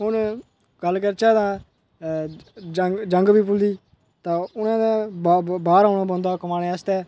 हून गल्ल करचै तां यंग यंग पीपल दी तां उ'नें ते बाह्र औना पौंदा कमानै आस्तै